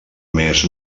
mes